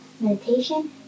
meditation